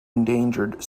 endangered